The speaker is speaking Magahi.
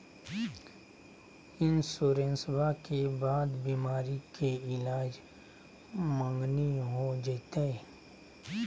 इंसोरेंसबा के बाद बीमारी के ईलाज मांगनी हो जयते?